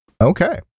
Okay